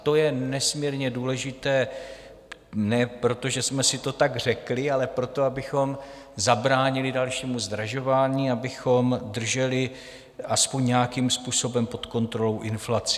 To je nesmírně důležité ne proto, že jsme si to tak řekli, ale proto, abychom zabránili dalšímu zdražování, abychom drželi alespoň nějakým způsobem pod kontrolou inflaci.